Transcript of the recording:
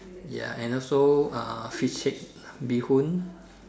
ya and also uh fish cake bee hoon